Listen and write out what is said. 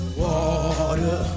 water